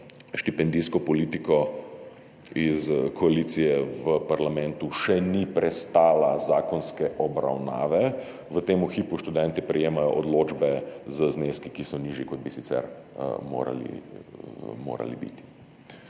štipendijsko politiko iz koalicije v parlamentu še ni prestala zakonske obravnave, v tem hipu študentje prejemajo odločbe z zneski, ki so nižji, kot bi sicer morali biti.